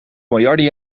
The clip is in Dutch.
miljarden